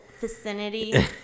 vicinity